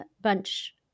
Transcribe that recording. bunch